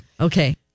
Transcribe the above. okay